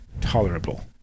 tolerable